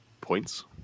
Points